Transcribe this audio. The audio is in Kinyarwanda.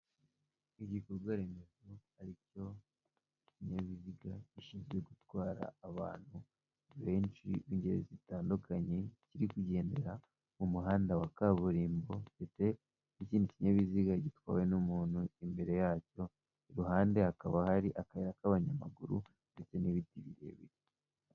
Ibikorwa remezo ari cyo ikinyabiziga gishinzwe gutwara abantu benshi b'ingeri zitandukanye kiri kugendera mu muhanda wa kaburimbo ndetse n'ikindi kinyabiziga gitwawe n'umuntu imbere yacyo iruhande hakaba hari akayira k'abanyamaguru ndetse n'ibindi birebire.